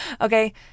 Okay